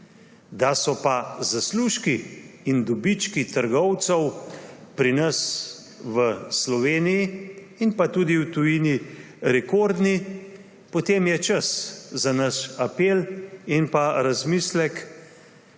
da so pa zaslužki in dobički trgovcev pri nas v Sloveniji in pa tudi v tujini rekordni, potem je čas za naš apel in razmislek,